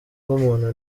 bw’umuntu